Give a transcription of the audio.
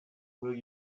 will